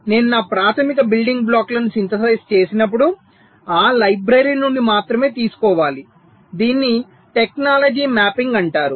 నేను నా ప్రాథమిక బిల్డింగ్ బ్లాక్లను సింథసైజ్ చేసినప్పుడు ఆ లైబ్రరీ నుండి మాత్రమే తీసుకోవాలి దీనిని టెక్నాలజీ మ్యాపింగ్ అంటారు